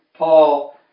Paul